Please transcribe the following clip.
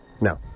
No